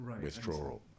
withdrawal